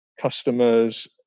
customers